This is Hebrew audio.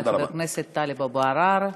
תודה לחבר הכנסת טלב אבו עראר.